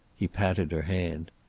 he patted her hand.